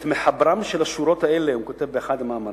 "את מחברם של השורות האלה" הוא כותב באחד המאמרים,